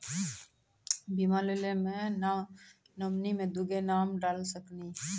बीमा लेवे मे नॉमिनी मे दुगो नाम डाल सकनी?